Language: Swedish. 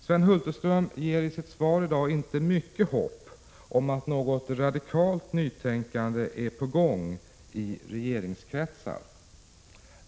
Sven Hulterströms svar i dag inger inte mycket hopp om att något radikalt nytänkande är på gång i regeringskretsar.